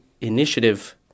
initiative